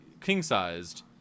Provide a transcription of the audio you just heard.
King-Sized